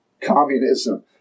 communism